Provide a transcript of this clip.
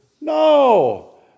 No